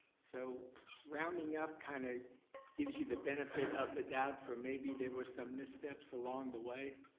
so rounding up kind of gives you the benefit of the doubt for maybe there were some missteps along the way,